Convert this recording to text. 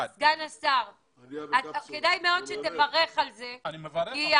סגן השר לביטחון הפנים דסטה גדי יברקן: כלומר,